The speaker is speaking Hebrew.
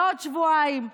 לעוד שבועיים.